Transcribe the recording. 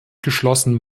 geschlossen